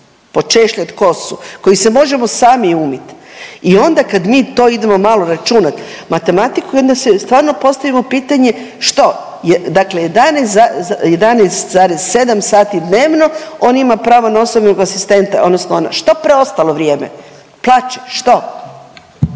počešljat kosu, koji se možemo sami umit i onda kad mi to idemo malo računat matematiku i onda si stvarno postavimo pitanje što, dakle 11,7 sati dnevno on ima pravo na osobnog asistenta odnosno ona, što preostalo vrijeme? Plače, što?